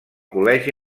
col·legi